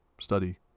study